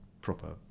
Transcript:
proper